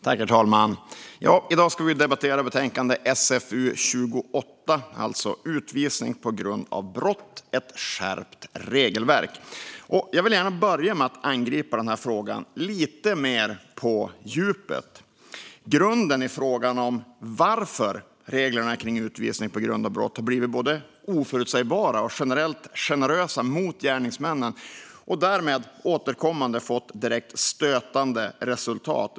Herr talman! I dag ska vi debattera betänkande SfU28 Utvisning på grund av brott - ett skärpt regelverk . Jag vill gärna börja med att angripa den här frågan lite mer på djupet. Grunden är frågan om varför reglerna kring utvisning på grund av brott har blivit både oförutsägbara och generellt generösa gentemot gärningsmännen och därmed återkommande har fått direkt stötande resultat.